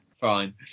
fine